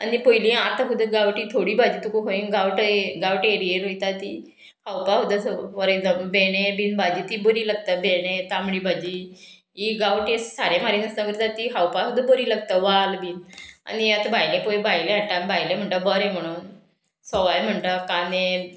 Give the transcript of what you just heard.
आनी पयलीं आतां खुदां गांवठी थोडीं भाजी तुका खंय गांवटे गांवटे एरयेर वयता ती खावपा खूद फॉर एग्जाम्पल भेंडे बीन भाजी ती बरी लागता भेणे तांबडी भाजी ही गांवठी सारें मारी नासता करता ती खावपा सुद्दां बरी लागता वाल बीन आनी आतां भायले पय भायले हाडटा भायले म्हणटा बरें म्हणून सवाय म्हणटा काने